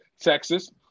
Texas